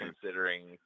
considering